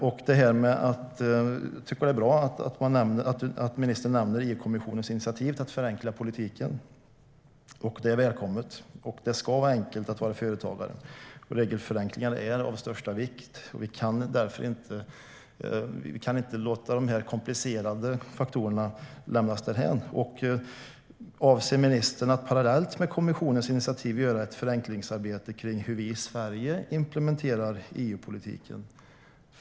Jag tycker att det är bra att ministern nämner EU-kommissionens initiativ för att förenkla politiken. Det är välkommet. Det ska vara enkelt att vara företagare, och regelförenklingar är av största vikt. Vi kan därför inte låta de komplicerande faktorerna lämnas därhän. Avser ministern att parallellt med kommissionens initiativ göra ett förenklingsarbete kring hur vi i Sverige implementerar EU-politiken?